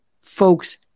folks